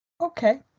Okay